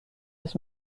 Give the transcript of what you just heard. his